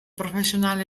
profesional